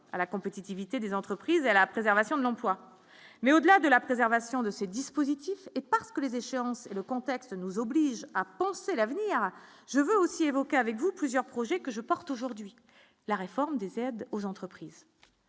à la compétitivité des entreprises et à la préservation de l'emploi, mais au-delà de la préservation de ce dispositif, parce que les échéances, le contexte nous oblige à penser l'avenir, je veux aussi évoquer avec vous, plusieurs projets que je porte aujourd'hui la réforme des aides aux entreprises,